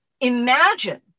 imagine